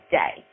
day